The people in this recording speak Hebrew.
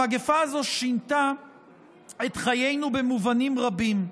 המגפה הזאת שינתה את חיינו במובנים רבים.